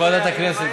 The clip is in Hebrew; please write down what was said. פנים, פנים.